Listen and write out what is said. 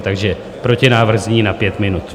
Takže protinávrh zní na pět minut.